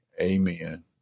Amen